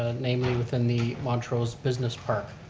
ah namely within the montreal business park.